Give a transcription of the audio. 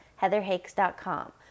heatherhakes.com